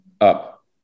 Up